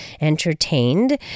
entertained